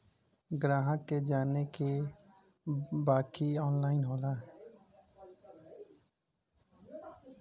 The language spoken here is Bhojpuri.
ग्राहक के जाने के बा की ऑनलाइन का होला?